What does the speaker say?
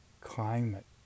climate